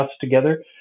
together